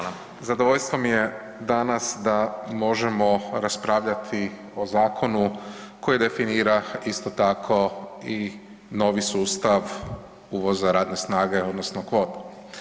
Zadovoljstvo mi je danas da možemo raspravljati o zakonu koji definira isto tako i novi sustav uvoza radne snage odnosno kvotu.